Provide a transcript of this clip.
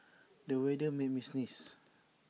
the weather made me sneeze